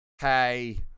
Hey